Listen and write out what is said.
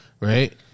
Right